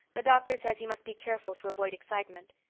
the doctor says he must be careful to avoid excitement.